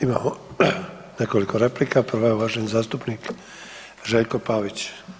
Imamo nekoliko replika, prva je uvaženi zastupnik Željko Pavić.